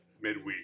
midweek